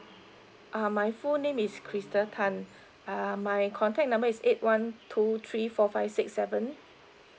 um my full name is crystal tan um my contact number is eight one two three four five six seven